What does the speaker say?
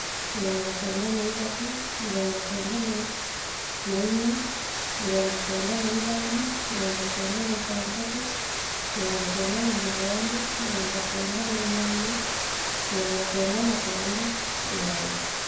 Miringo kenda na ithatu, mirongo kenda naa na inya mirongo kenda na ithano, mirango kenda na itantatu, mirongo kenda na mugwanja, miranmgo kenda na inyanya, mirango kenda na kenda igano.